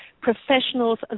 professionals